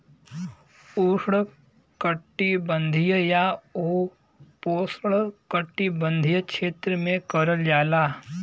उष्णकटिबंधीय या उपोष्णकटिबंधीय क्षेत्र में करल जाला